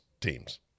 teams